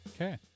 Okay